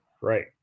right